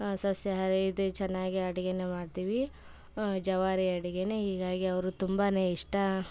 ಸಸ್ಯಾಹಾರೀದೆ ಚೆನ್ನಾಗಿ ಅಡ್ಗೇನೇ ಮಾಡ್ತೀವಿ ಜವಾರಿ ಅಡುಗೆನೇ ಹೀಗಾಗಿ ಅವರು ತುಂಬಾ ಇಷ್ಟ